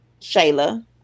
Shayla